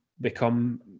become